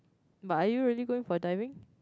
but are you really going for diving